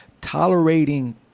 tolerating